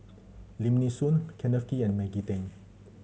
Lim Nee Soon Kenneth Kee and Maggie Teng